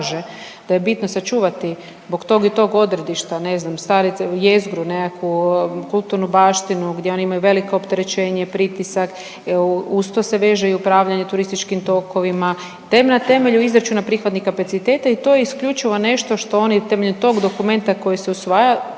da je bitno sačuvati zbog tog i tog odredišta ne znam staru jezgru, nekakvu kulturnu baštinu gdje oni imaju veliko opterećenje, pritisak. Uz to se veže i upravljanje turističkim tokovima. Na temelju izračuna prihodnih kapaciteta i to je isključivo nešto što oni temeljem tog dokumenta koji se usvaja,